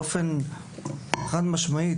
באופן חד משמעי,